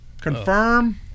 Confirm